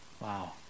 Wow